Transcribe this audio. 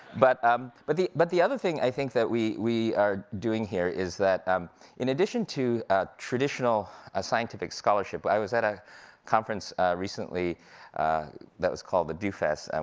but um but the but the other thing, i think, that we we are doing here, is that um in addition to ah traditional ah scientific scholarship, i was at a conference recently that was called the dew fest, and